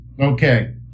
Okay